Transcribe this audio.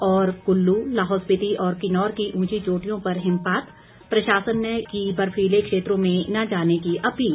और कुल्लू लाहौल स्पिति और किन्नौर की ऊंची चोटियों पर हिमपात प्रशासन ने की बर्फीले क्षेत्रों में न जाने की अपील